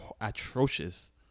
atrocious